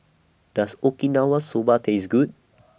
Does Okinawa Soba Taste Good